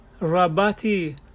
Rabati